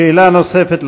שאלה נוספת.